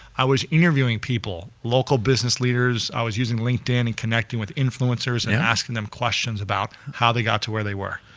i was interviewing people, local business leaders, i was using linkedin and connecting with influencers and asking them questions about how they got to where they were.